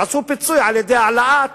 אז עשו פיצוי על-ידי העלאת